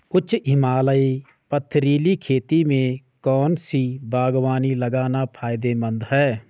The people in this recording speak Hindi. उच्च हिमालयी पथरीली खेती में कौन सी बागवानी लगाना फायदेमंद है?